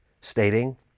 stating